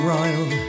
Royal